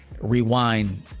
rewind